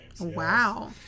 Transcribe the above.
Wow